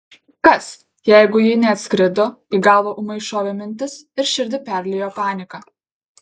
kas jeigu ji neatskrido į galvą ūmai šovė mintis ir širdį perliejo panika